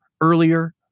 earlier